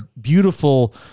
beautiful